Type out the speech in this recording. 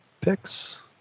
picks